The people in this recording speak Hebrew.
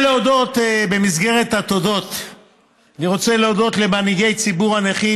במסגרת התודות אני רוצה להודות למנהיגי ציבור הנכים,